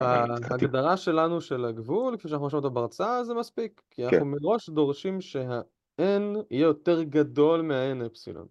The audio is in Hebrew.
ההגדרה שלנו של הגבול, כפי שאנחנו שומעים אותה בהרצאה זה מספיק, כי אנחנו מראש דורשים שה-n יהיה יותר גדול מה-n אפסילון ε